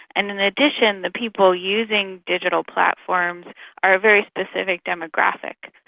and in addition the people using digital platforms are a very specific demographic.